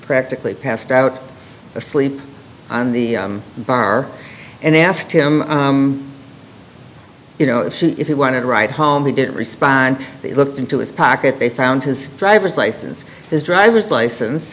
practically passed out asleep on the bar and asked him you know if he wanted a ride home he didn't respond he looked into his pocket they found his driver's license his driver's license